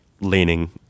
leaning